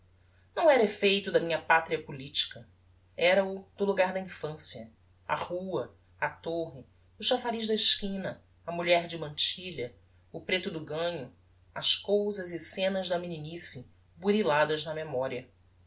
não era effeito da minha patria politica era-o do logar da infancia a rua a torre o chafariz da esquina a mulher de mantilha o preto do ganho as cousas e scenas da meninice buriladas na memoria